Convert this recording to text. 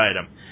item